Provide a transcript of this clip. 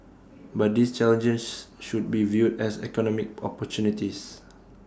but these challenges should be viewed as economic opportunities